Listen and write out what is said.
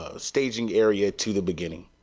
ah staging area to the beginning.